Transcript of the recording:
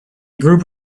group